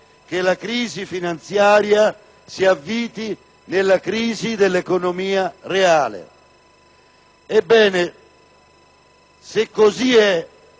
che la crisi finanziaria si avviti nella crisi dell'economia reale. Ebbene, se così è,